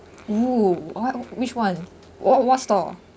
oo what which one what what store